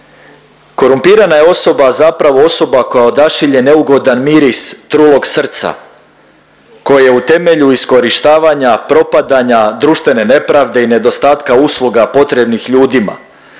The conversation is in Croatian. Korumpirana je osoba zapravo osoba koja odašilje neugodan miris trulog srca koje je u temelju iskorištavanja, propadanja, društvene nepravde i nedostatka usluga potrebnih ljudima,